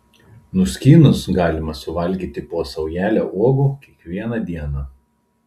nuskynus galima suvalgyti po saujelę uogų kiekvieną dieną